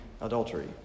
adultery